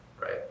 right